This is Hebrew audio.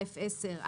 55א10,